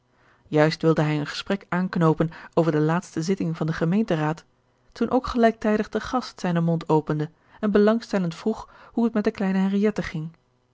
juist wilde hij een gesprek aanknoopen over de laatste george een ongeluksvogel zitting van den gemeenteraad toen ook gelijktijdig de gast zijnen mond opende en belangstellend vroeg hoe het met de kleine henriëtte ging